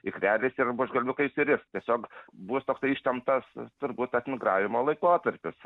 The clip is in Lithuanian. ikreliais ir buožgalviukai išsiris tiesiog bus toksai ištemptas turbūt tas migravimo laikotarpis